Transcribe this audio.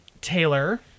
Taylor